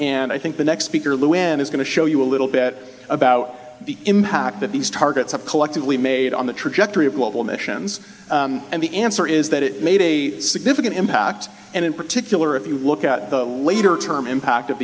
and i think the next speaker lewin is going to show you a little bit about the impact that these targets have collectively made on the trajectory of global emissions and the answer is that it made a significant impact and in particular if you look at the later term impact of